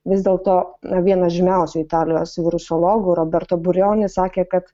vis dėl to na vienas žymiausių italijos virusologų roberto burijoni sakė kad